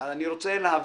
אז אני רוצה להבהיר: